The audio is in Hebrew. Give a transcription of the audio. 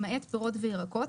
למעט פירות וירקות,